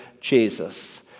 Jesus